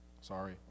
Sorry